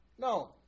no